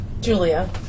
Julia